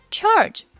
Charge 。